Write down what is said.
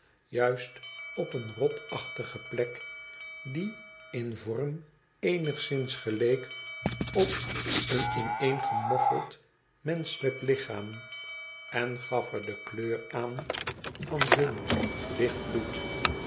juist op eene rotachtige plek die in vorm eenigszins geleek op een ineengemoffeld menschelijk lichaam en gaf er de kleur aan van dun licht bloed